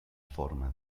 forma